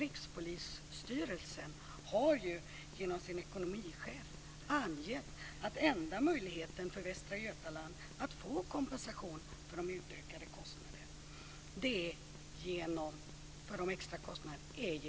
Rikspolisstyrelsen har genom sin ekonomichef angett att den enda möjligheten för Västra Götaland att få kompensation för de extra kostnaderna är utökade statsanslag.